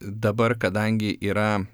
dabar kadangi yra